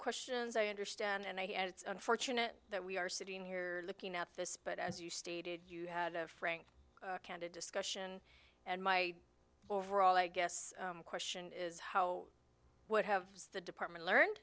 questions i understand and i guess it's unfortunate that we are sitting here looking at this but as you stated you had a frank candid discussion and my overall i guess question is how what have the department learned